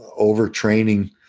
overtraining